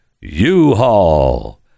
U-Haul